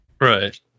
right